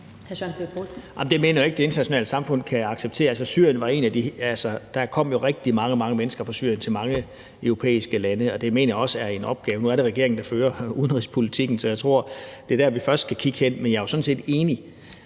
det mener jeg jo ikke at det internationale samfund kan acceptere. Altså, der kom jo rigtig, rigtig mange mennesker fra Syrien til mange europæiske lande, og jeg mener også, der er en opgave dér. Nu er det regeringen, der fører udenrigspolitikken, så jeg tror, det er der, vi først skal kigge hen. Men jeg er jo sådan set enig.